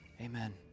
amen